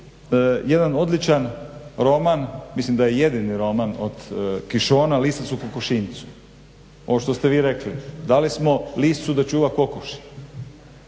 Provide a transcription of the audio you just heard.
jedan odličan roman, mislim da je jedini roman od Kishona "Lisac u kokošinjcu". Ovo što ste vi rekli, dali smo liscu da čuva kokoši.